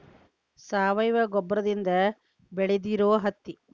ಸಾವಯುವ ಗೊಬ್ಬರದಿಂದ ಬೆಳದಿರು ಹತ್ತಿ